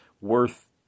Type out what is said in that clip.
worth